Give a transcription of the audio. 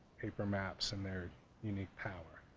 paper maps and their unique power.